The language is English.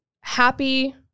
happy